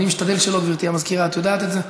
אני משתדל שלא, גברתי המזכירה, את יודעת את זה.